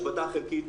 השבתה חלקית,